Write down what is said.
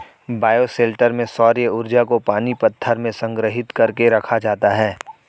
bioshelter में सौर्य ऊर्जा को पानी पत्थर में संग्रहित कर के रखा जाता है